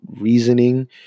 reasoning